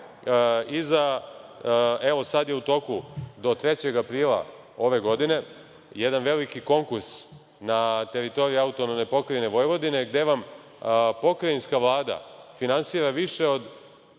za… Evo, sada je u toku do 3. aprila ove godine jedan veliki konkurs na teritoriji AP Vojvodine, gde vam pokrajinska Vlada finansira više od